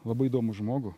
labai įdomų žmogų